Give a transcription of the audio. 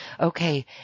Okay